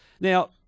Now